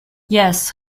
yes